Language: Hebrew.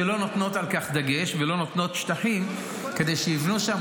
שלא נותנות על כך דגש ולא נותנות שטחים כדי שיבנו שם,